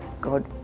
God